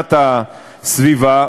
והגנת הסביבה,